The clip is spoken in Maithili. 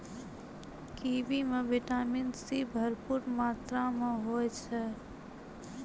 कीवी म विटामिन सी भरपूर मात्रा में होय छै